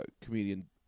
comedian